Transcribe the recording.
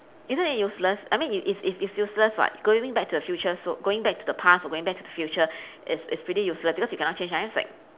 isn't it useless I mean it's it's it's useless [what] going back to the future so going back to the past or going back to the future is is pretty useless because you cannot change anything